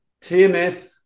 tms